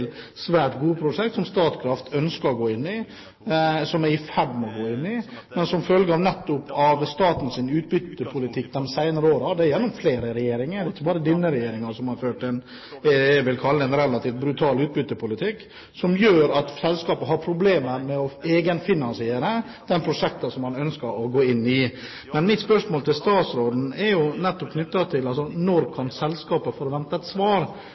svært gode prosjekter som Statkraft ønsker å gå inn i, og som de er i ferd med å gå inn i. Men som følge av statens utbyttepolitikk de senere årene – det er gjennom flere regjeringer, det er ikke bare denne regjeringen som har ført det jeg vil kalle en relativt brutal utbyttepolitikk – har selskapet problemer med å egenfinansiere de prosjektene de ønsker å gå inn i. Mitt spørsmål til statsråden er: Når kan selskapet forvente et svar?